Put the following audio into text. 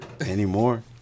anymore